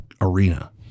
arena